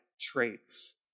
traits